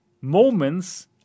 moments